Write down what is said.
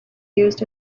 used